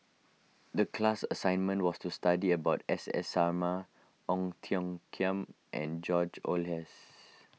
the class assignment was to study about S S Sarma Ong Tiong Khiam and George Oehlers